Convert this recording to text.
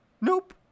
nope